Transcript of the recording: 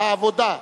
העבודה,